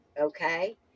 okay